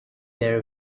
there